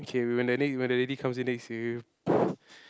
okay when the l~ when the lady comes in then you say